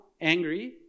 angry